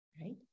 right